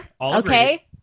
Okay